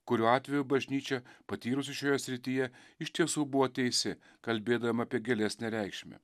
kurio atveju bažnyčia patyrusi šioje srityje iš tiesų buvo teisi kalbėdama apie gilesnę reikšmę